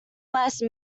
must